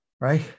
right